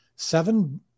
Seven